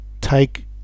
take